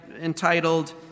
entitled